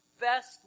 best